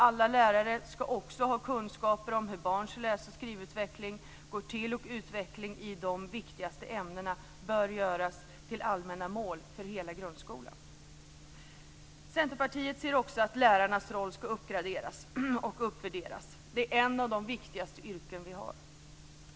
Alla lärare skall också ha kunskaper om hur barns läs och skrivutveckling går till, och utvecklingen i de viktigaste ämnena bör göras till allmänna mål för hela grundskolan. Centerpartiet anser också att lärarnas roll skall uppgraderas och uppvärderas. Det är ett av de viktigaste yrken vi har.